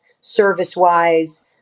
service-wise